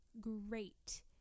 great